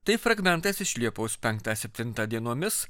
tai fragmentas iš liepos penktą septintą dienomis